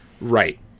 Right